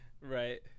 Right